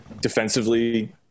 defensively